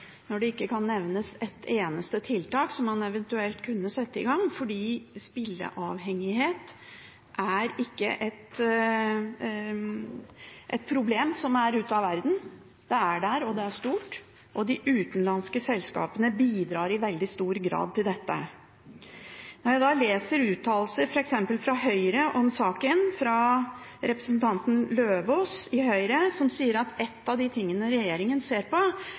når det ikke kan nevnes et eneste tiltak som man eventuelt kunne sette i gang. For spilleavhengighet er ikke et problem som er ute av verden, det er der, og det er stort, og de utenlandske selskapene bidrar i veldig stor grad til dette. Når jeg da leser uttalelser f.eks. fra Høyre om saken, fra representanten Eidem Løvaas, som sier at noe av det regjeringen ser på,